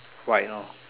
white lor